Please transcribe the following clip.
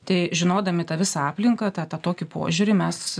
tai žinodami tą visą aplinką ta tą tokį požiūrį mes